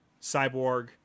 Cyborg